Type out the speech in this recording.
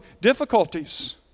difficulties